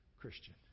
Christian